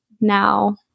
now